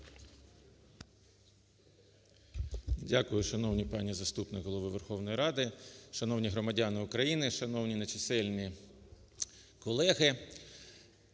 Дякую, шановна пані заступник Голови Верховної Ради. Шановні громадяни України! Шановні чисельні колеги!